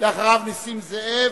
אחריו, נסים זאב,